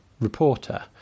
reporter